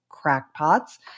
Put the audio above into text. crackpots